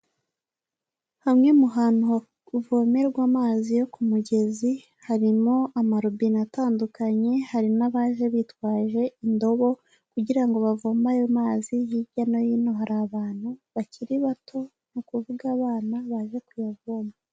Hamwe mu hantu kuvomerwa amazi yo ku mugezi harimo amarobine atandukanye, hari n'abaje bitwaje indobo kugira ngo bavome ayo mazi, hirya no hino hari abantu bakiri bato ni ukuvuga abana baje kuyavoma.